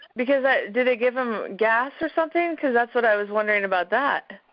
because do they give em gas or something cause that's what i was wondering about that.